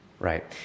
Right